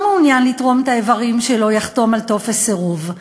מעוניין לתרום את האיברים שלו יחתום על טופס סירוב,